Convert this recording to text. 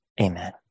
Amen